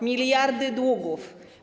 Miliardy długów.